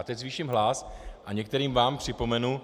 Teď zvýším hlas a některým vám připomenu.